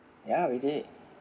ya we did